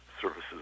services